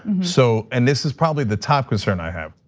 so and this is probably the top concern i have.